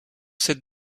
cette